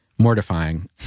mortifying